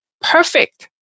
perfect